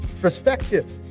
perspective